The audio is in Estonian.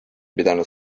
pidanud